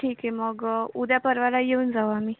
ठीक आहे मग उद्या परवाला येऊन जाऊ आम्ही